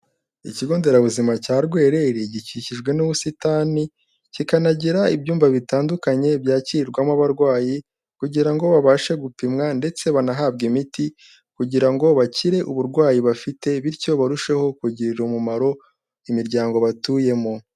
Ikigo nderabuzima cya Rwereri gikikijwe n'ubusitani, kikanagira ibyumba bitandukanye byakirwamo abarwayi kugira ngo babashe gupimwa ndetse banahabwe imiti kugira ngo bakire uburwayi bafite, bityo barusheho kugirira umumaro imiryango batuyemo.